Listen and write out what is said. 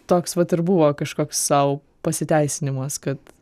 toks vat ir buvo kažkoks sau pasiteisinimas kad